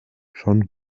schon